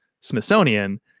Smithsonian